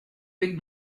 bec